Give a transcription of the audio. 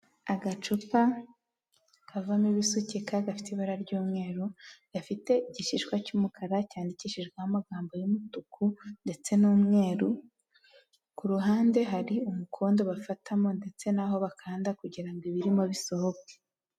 Agacupa kavamo ibisukika gafite ibara ry'umweru, gafite igishishwa cy'umukara cyandikishijweho amagambo y'umutuku, ndetse n'umweru, ku ruhande hari umukondo bafatamo ndetse n'aho bakanda kugira ngo ibirimo bisohoke.